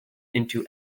into